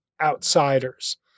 outsiders